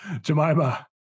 Jemima